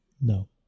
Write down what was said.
no